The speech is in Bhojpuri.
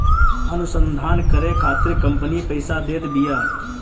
अनुसंधान करे खातिर कंपनी पईसा देत बिया